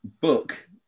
book